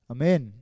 Amen